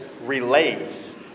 relate